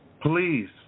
please